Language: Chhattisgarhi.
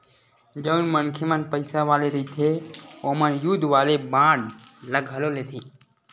जउन मनखे मन पइसा वाले रहिथे ओमन युद्ध वाले बांड ल घलो लेथे